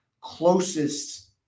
closest